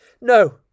No